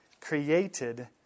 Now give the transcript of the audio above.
created